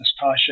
Nastasha